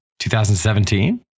2017